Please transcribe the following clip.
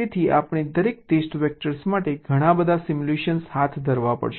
તેથી આપણે દરેક ટેસ્ટ વેક્ટર માટે ઘણા બધા સિમ્યુલેશન હાથ ધરવા પડશે